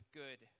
good